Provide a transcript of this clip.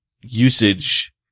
usage